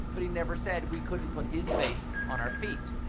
but he never said we couldn't put his face on our feet!